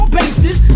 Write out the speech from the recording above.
bases